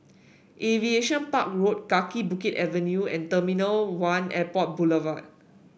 Aviation Park Road Kaki Bukit Avenue and one Airport Boulevard